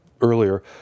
earlier